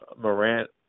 Morant